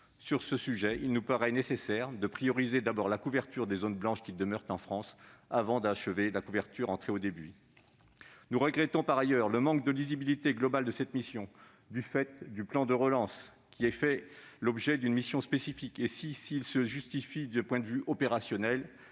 À ce sujet, il nous paraît nécessaire de donner la priorité à la couverture des zones blanches demeurant en France avant d'achever la couverture en très haut débit. Nous regrettons par ailleurs le manque de lisibilité globale de cette mission du fait du plan de relance qui fait l'objet d'une mission spécifique, ce qui, si cela se justifie d'un point de vue opérationnel,